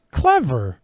clever